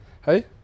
Hey